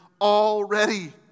already